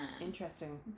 Interesting